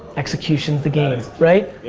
execution's the game, right?